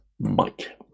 Mike